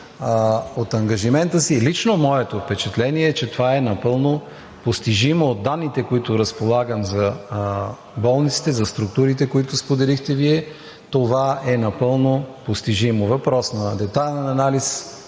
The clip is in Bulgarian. от ангажимента си. Лично моето впечатление е, че това е напълно постижимо. От данните, с които разполагам за болниците, за структурите, които споделихте Вие, това е напълно постижимо. Въпрос на детайлен